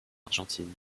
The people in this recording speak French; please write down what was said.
argentine